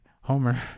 homer